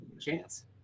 chance